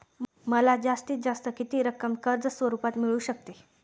मला जास्तीत जास्त किती रक्कम कर्ज स्वरूपात मिळू शकते?